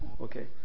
okay